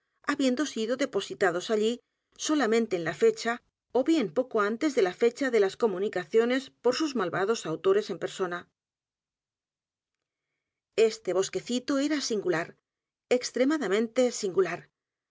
habiendo sido depositados allí solamente en la fecha ó bien poco antes de edgar poe novelas y cuentos la fecha de las comunicaciones por sus malvados autores en persona este bosquecito era s